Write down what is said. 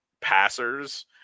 passers